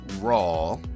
raw